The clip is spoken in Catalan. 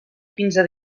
quinze